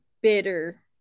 bitter